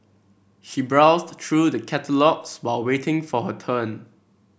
she browsed through the catalogues while waiting for her turn